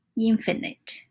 infinite